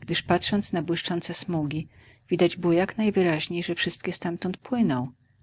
gdyż patrząc na błyszczące smugi widać było jak najwyraźniej że wszystkie stamtąd płyną